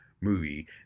movie